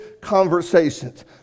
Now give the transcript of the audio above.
conversations